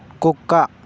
కుక్క